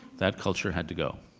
that culture had to go.